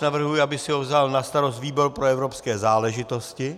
Navrhuji, aby si ho vzal na starost výbor pro evropské záležitosti.